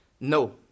no